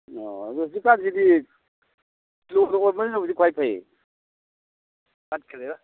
ꯑꯣ ꯍꯧꯖꯤꯛꯀꯥꯟꯁꯤꯗꯤ ꯀꯤꯂꯣꯗ ꯑꯣꯟꯕꯅꯕꯨꯗꯤ ꯈ꯭ꯋꯥꯏ ꯐꯩ